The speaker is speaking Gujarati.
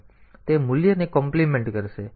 તેથી તે તે મૂલ્યને કોમ્પ્લીમેન્ટ કરશે